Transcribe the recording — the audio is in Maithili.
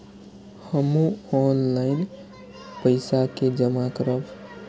हमू ऑनलाईनपेसा के जमा करब?